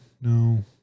No